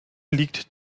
liegt